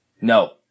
No